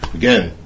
again